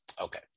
Okay